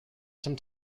some